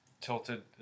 tilted